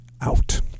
out